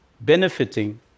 Benefiting